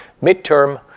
Mid-term